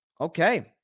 Okay